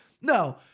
no